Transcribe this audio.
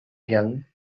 young